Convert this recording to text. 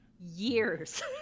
years